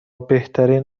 بهترین